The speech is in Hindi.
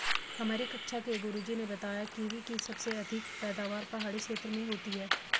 हमारी कक्षा के गुरुजी ने बताया कीवी की सबसे अधिक पैदावार पहाड़ी क्षेत्र में होती है